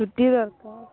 ଛୁଟି ଦରକାର